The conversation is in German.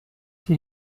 die